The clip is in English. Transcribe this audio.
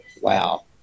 wow